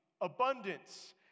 abundance